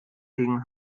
gegen